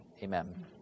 Amen